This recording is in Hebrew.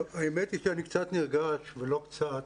האמת היא שאני קצת נרגש ולא קצת,